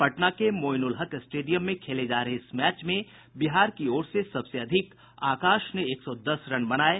पटना के मोइनुलहक स्टेडियम में खेले जा रहे इस मैच में बिहार की ओर से सबसे अधिक आकाश ने एक सौ दस रन बनाये